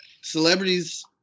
Celebrities